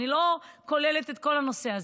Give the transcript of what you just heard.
אני לא כוללת את כל הנושא הזה,